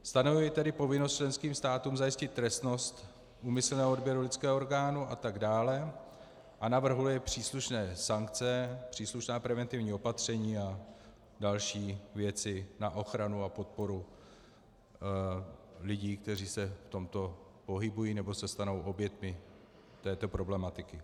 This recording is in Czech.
Stanovuje tedy povinnost členským státům zajistit trestnost úmyslného odběru lidského orgán atd. a navrhuje příslušné sankce, příslušná preventivní opatření a další věci na ochranu a podporu lidí, kteří v tomto pohybují nebo se stanou oběťmi této problematiky.